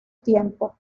tiempo